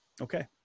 okay